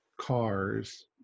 cars